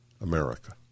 America